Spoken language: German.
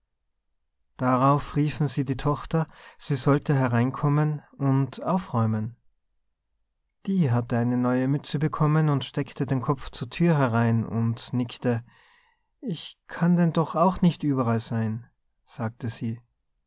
darauf riefen sie die tochter sie sollte hereinkommen und aufräumen die hatte eine neue mütze bekommen und steckte den kopf zur thür herein und nickte ich kann denn doch auch nicht überall sein sagte sie